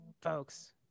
folks